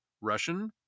Russian